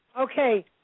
Okay